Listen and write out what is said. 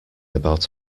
about